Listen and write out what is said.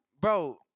bro